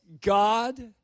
God